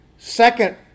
second